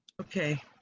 Okay